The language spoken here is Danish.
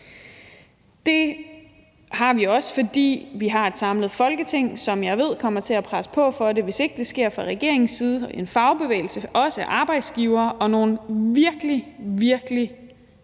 Det har vi også, fordi vi har et samlet Folketing, som jeg ved kommer til at presse på for det, hvis ikke det sker fra regeringens side, og det samme gælder en fagbevægelse og også arbejdsgivere og nogle virkelig, virkelig